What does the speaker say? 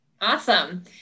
Awesome